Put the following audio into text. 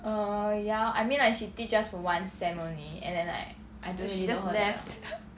she just left